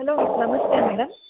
hello ನಮಸ್ತೆ madam